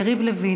יריב לוין,